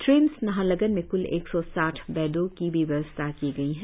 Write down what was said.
TRIMS Naharlagun में क्ल एक सौ साठ बैडो की भी व्यवस्था की गई है